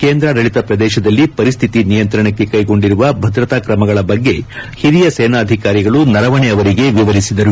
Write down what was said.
ಕೇಂದ್ರಾಡಳತ ಪ್ರದೇಶದಲ್ಲಿ ಪರಿಸ್ವಿತಿ ನಿಯಂತ್ರಣಕ್ಕೆ ಕೈಗೊಂಡಿರುವ ಭದ್ರತಾ ಕ್ರಮಗಳ ಬಗ್ಗೆ ಹಿರಿಯ ಸೇನಾಧಿಕಾರಿಗಳು ನರವಣೆ ಅವರಿಗೆ ವಿವರಿಸಿದರು